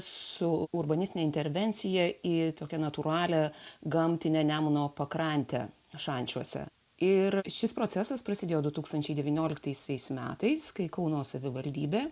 su urbanistine intervencija į tokią natūralią gamtinę nemuno pakrantę šančiuose ir šis procesas prasidėjo du tūkstančiai devynioliktaisiais metais kai kauno savivaldybė